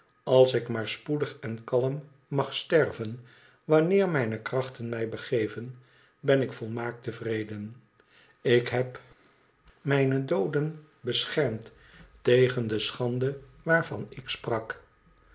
als ik maar spoedig en kalm mag sterven wanneer mijne krachten mij begeven ben ik volmaakt tevreden ik heb mijne dooden beschermd tegen de schande waarvan ik sprak